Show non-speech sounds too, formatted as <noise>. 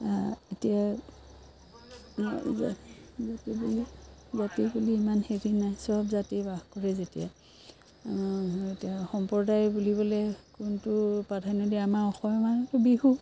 এতিয়া <unintelligible> ইমান হেৰি নাই চব জাতি বাস কৰে যেতিয়া এতিয়া সম্প্ৰদায় বুলিবলৈ কোনটো প্ৰাধান্য দিয়ে আমাৰ অসমীয়া মানুহটো বিহু